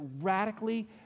radically